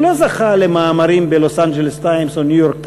הוא לא זכה למאמרים ב"לוס-אנג'לס טיימס" או ב"ניו-יורק טיימס",